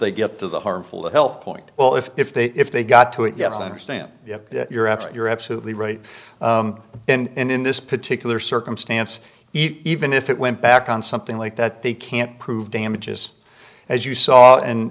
they get to the harmful health point well if if they if they got to it yes i understand you're upset you're absolutely right and in this particular circumstance even if it went back on something like that they can't prove damages as you saw and